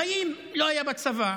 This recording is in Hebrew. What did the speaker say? בחיים לא היה בצבא.